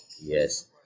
Yes